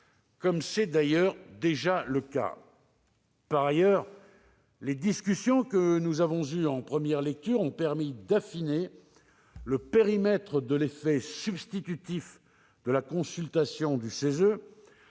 comme c'est d'ailleurs déjà le cas. Ensuite, les discussions que nous avons eues en première lecture ont permis d'affiner le périmètre de l'effet substitutif de la consultation du CESE,